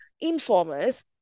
informers